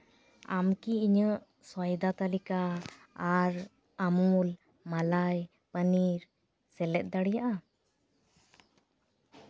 ᱟᱢ ᱠᱤ ᱤᱧᱟᱹᱜ ᱥᱚᱭᱫᱟ ᱛᱟᱞᱤᱠᱟ ᱟᱨ ᱟᱢᱩᱞ ᱢᱟᱞᱟᱭ ᱯᱟᱱᱤᱨ ᱥᱮᱞᱮᱫ ᱫᱟᱲᱮᱭᱟᱜᱼᱟ